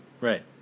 Right